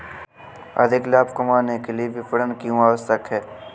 अधिक लाभ कमाने के लिए विपणन क्यो आवश्यक है?